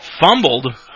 fumbled